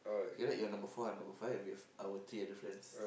okay right you are number four I'm number five I'm with our three other friends